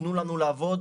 תנו לנו לעבוד,